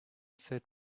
set